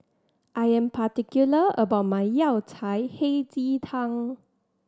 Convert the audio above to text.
I am particular about my Yao Cai Hei Ji Tang